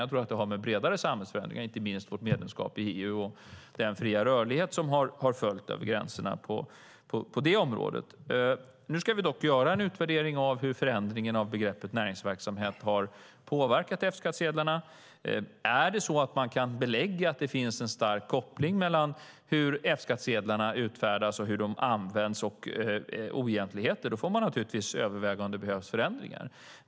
Jag tror att den har med bredare samhällsförändringar att göra, inte minst vårt medlemskap i EU och den fria rörlighet över gränserna som har följt därav. Nu ska vi dock göra en utvärdering av hur förändringen av begreppet näringsverksamhet har påverkat F-skattsedlarna. Om man kan belägga att det finns en stark koppling mellan å ena sidan hur F-skattsedlarna utfärdas och används och å andra sidan oegentligheter får man naturligtvis överväga att göra förändringar.